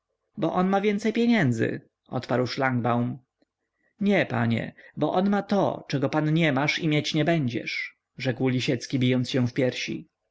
bo on ma więcej pieniędzy odparł szlangbaum nie panie bo on ma to czego pan nie masz i mieć nie będziesz rzeki lisiecki bijąc się w piersi